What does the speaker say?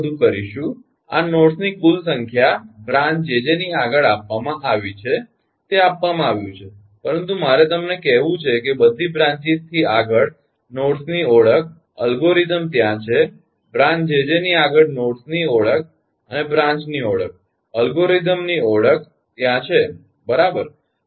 આપણે આ બધું કરીશું આ નોડ્સની કુલ સંખ્યા બ્રાંચ 𝑗𝑗 ની આગળ આપવામાં આવી છે તે આપવામાં આવ્યું છે પરંતુ મારે તમને કહેવુ છે કે બધી બ્રાંચીસથી આગળ નોડ્સની ઓળખ એલ્ગોરિધમ ત્યાં છે બ્રાંચ 𝑗𝑗 ની આગળ નોડ્સની ઓળખ અને બ્રાંચીસની ઓળખ અલ્ગોરિધમની ઓળખ ત્યાં છે બરાબર